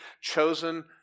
chosen